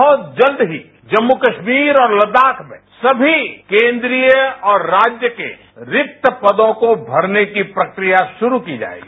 बहुत जल्द ही जम्मू कश्मीरऔर लदाख में सभी केन्द्रीय और राज्य के रिक्त पदों को भरने की प्रक्रिया शुरूकी जाएगी